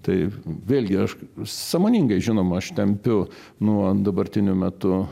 tai vėlgi aš sąmoningai žinoma aš tempiu nuo dabartiniu metu